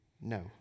no